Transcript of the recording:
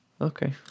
Okay